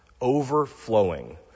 overflowing